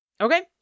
Okay